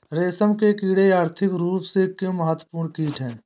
रेशम के कीड़े आर्थिक रूप से क्यों महत्वपूर्ण कीट हैं?